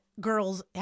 girls